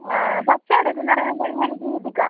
bus എവിടെ എത്തീന്ന് അറിയാൻ വേണ്ടിയായിരുന്നു ഞാൻ ഗീതിക